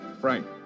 Frank